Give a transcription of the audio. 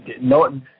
no